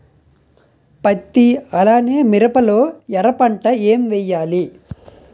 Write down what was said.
పత్తి అలానే మిరప లో ఎర పంట ఏం వేయాలి?